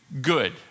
good